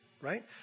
Right